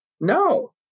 No